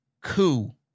coup